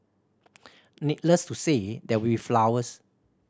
needless to say there will flowers